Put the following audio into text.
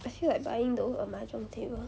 I feel like buying though a mahjong table